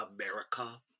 America